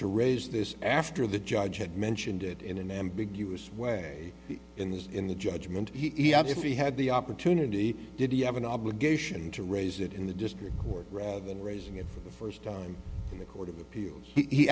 to raise this after the judge had mentioned it in an ambiguous way in the in the judgment he had if he had the opportunity did he have an obligation to raise it in the district court rather than raising it for the first time in the court of appeals he